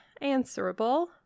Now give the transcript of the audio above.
answerable